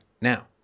Now